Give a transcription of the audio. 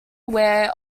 aware